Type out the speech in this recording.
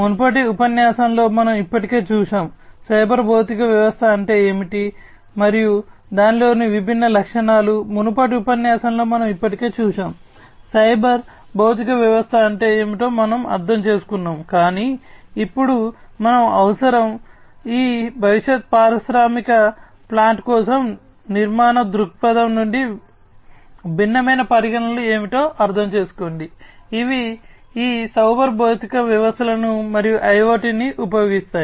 మునుపటి ఉపన్యాసంలో మనం ఇప్పటికే చూశాము సైబర్ భౌతిక వ్యవస్థ అంటే ఏమిటి మరియు దానిలోని విభిన్న లక్షణాలు మునుపటి ఉపన్యాసంలో మనం ఇప్పటికే చూశాము సైబర్ భౌతిక వ్యవస్థ అంటే ఏమిటో మనము అర్థం చేసుకున్నాము కాని ఇప్పుడు మనం అవసరం ఈ భవిష్యత్ పారిశ్రామిక ప్లాంట్ కోసం నిర్మాణ దృక్పథం నుండి భిన్నమైన పరిగణనలు ఏమిటో అర్థం చేసుకోండి ఇవి ఈ సైబర్ భౌతిక వ్యవస్థలను మరియు IoT ని ఉపయోగిస్తాయి